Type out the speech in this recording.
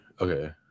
okay